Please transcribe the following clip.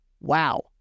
Wow